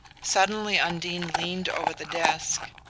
suddenly undine leaned over the desk,